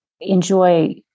enjoy